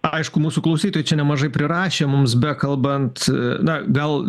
aišku mūsų klausytojai čia nemažai prirašė mums bekalbant na gal